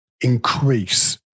increase